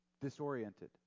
disoriented